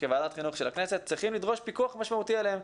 כוועדת חינוך של הכנסת צריכים לדרוש פיקוח משמעותי עליהם.